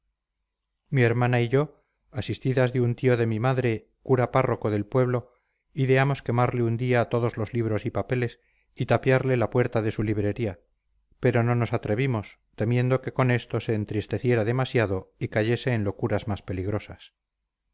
mi hermana y yo asistidas de un tío de mi madre cura párroco del pueblo ideamos quemarle un día todos los libros y papeles y tapiarle la puerta de su librería pero no nos atrevimos temiendo que con esto se entristeciera demasiado y cayese en locuras más peligrosas